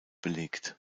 belegt